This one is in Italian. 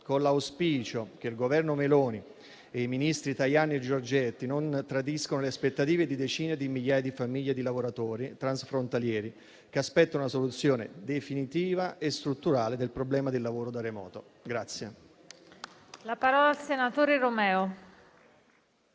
con l'auspicio che il Governo Meloni e i ministri Tajani e Giorgetti non tradiscano le aspettative di decine di migliaia di famiglie e di lavoratori transfrontalieri che aspettano una soluzione definitiva e strutturale del problema del lavoro da remoto.